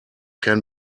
can